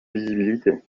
lisibilité